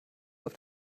auf